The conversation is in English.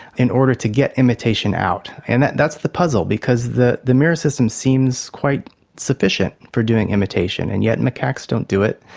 in order to get imitation out. and that's the puzzle, because the the mirror system seems quite sufficient for doing imitation, and yet macaques don't do it.